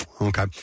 Okay